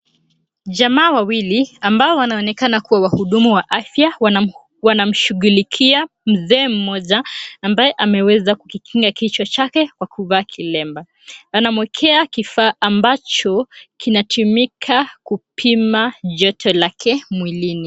Jamaa wawili ambao wanaonekana kuwa wahudumu wa afya wanamshughulikia mzee mmoja ambaye ameweza kukikinga kichwa chake kwa kuvaa kilemba. Anamwekea kifaa ambacho kinatumika kupima joto lake mwilini.